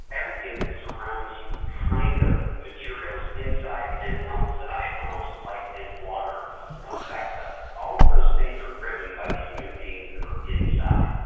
everything that surrounds the kind of materials inside and outside, how much light and water affect us, all of those things are driven by the human beings that are inside.